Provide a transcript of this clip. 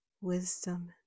wisdom